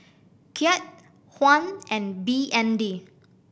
Kyat Yuan and B N D